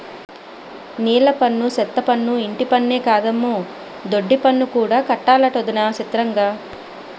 నీలపన్ను, సెత్తపన్ను, ఇంటిపన్నే కాదమ్మో దొడ్డిపన్ను కూడా కట్టాలటొదినా సిత్రంగా